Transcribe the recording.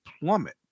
plummet